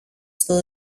στο